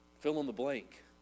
fill-in-the-blank